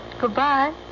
Goodbye